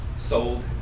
sold